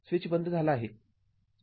switch बंद झाला आहे